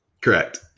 correct